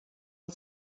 and